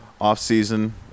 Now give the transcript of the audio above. Off-season